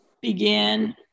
begin